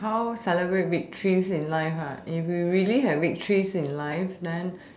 how celebrate victories in life if we really have victories in life then